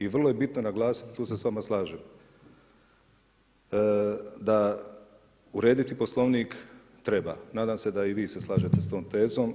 I vrlo je bitno naglasiti i tu se s vama slažem, da urediti poslovnik treba, nadam se da i vi se slažete s tom tezom.